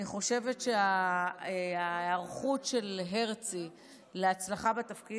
אני חושבת שההיערכות של הרצי להצלחה בתפקיד